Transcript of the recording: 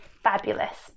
fabulous